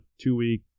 two-week